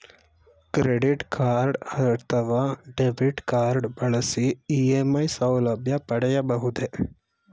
Credit card ಅಥವಾ debit card ಬಳಸಿ EMI ಸೌಲಭ್ಯ ಪಡೆಯಬಹುದೇ?